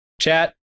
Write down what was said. Chat